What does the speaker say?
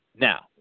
now